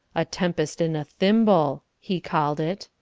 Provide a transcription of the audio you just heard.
a tempest in a thimble, he called it.